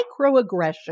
microaggression